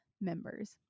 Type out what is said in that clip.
members